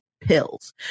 pills